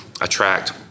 attract